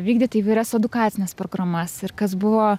vykdyti įvairias edukacines programas ir kas buvo